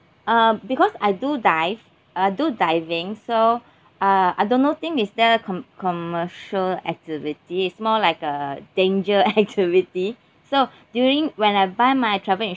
um because I do dive uh do diving so uh I don't know think is that a com~ commercial activity it's more like a danger activity so during when I buy my travel